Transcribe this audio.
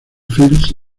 fields